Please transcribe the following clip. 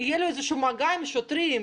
יהיה לו איזשהו מגע עם שוטרים,